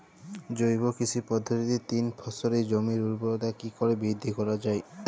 জৈব কৃষি পদ্ধতিতে তিন ফসলী জমির ঊর্বরতা কি করে বৃদ্ধি করা য়ায়?